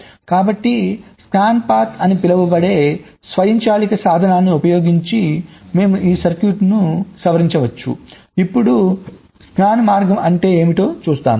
కాబట్టి scan path అని పిలువబడే స్వయంచాలక సాధనాన్ని ఉపయోగించి మేము ఈ సర్క్యూట్ను సవరించవచ్చు ఇప్పుడు స్కాన్ మార్గం అంటే ఏమిటో చూస్తాము